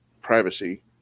privacy